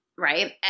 Right